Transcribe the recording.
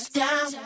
down